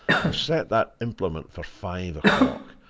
i've set that implement for five o'clock.